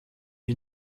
est